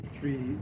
three